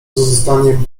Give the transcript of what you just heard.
uznaniem